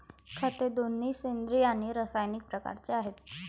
खते दोन्ही सेंद्रिय आणि रासायनिक प्रकारचे आहेत